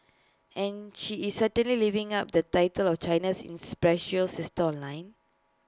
and she is certainly living up the title of China's inspirational sister online